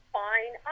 fine